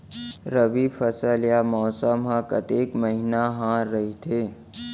रबि फसल या मौसम हा कतेक महिना हा रहिथे?